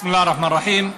בסם אללה א-רחמאן א-רחים.